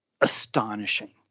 astonishing